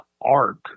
arc